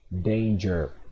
danger